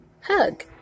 Hug